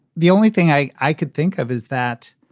the only thing i i could think of is that.